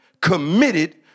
committed